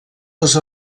dos